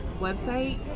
website